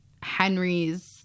Henry's